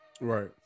Right